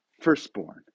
firstborn